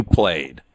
played